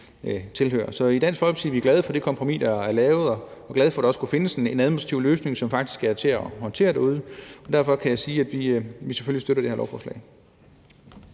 Så i Dansk Folkeparti er vi glade for det kompromis, der er lavet, og vi er glade for, at der også kunne findes en administrativ løsning, som faktisk er til at håndtere derude. Derfor kan jeg sige, at vi selvfølgelig støtter det her lovforslag.